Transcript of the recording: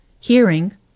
Hearing